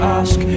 ask